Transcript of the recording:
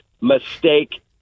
mistake